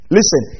Listen